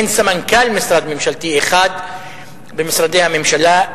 אין סמנכ"ל משרד ממשלתי אחד במשרדי הממשלה,